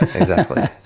exactly.